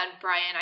Brian